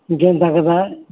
ఇంకేం తగ్గదా